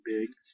Biggs